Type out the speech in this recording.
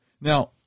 Now